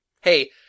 Hey